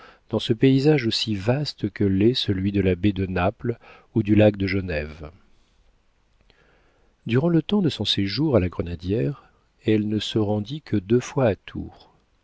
dans ce paysage aussi vaste que l'est celui de la baie de naples ou du lac de genève durant le temps de son séjour à la grenadière elle ne se rendit que deux fois à tours